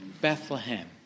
Bethlehem